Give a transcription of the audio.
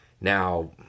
Now